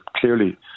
clearly